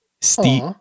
Steve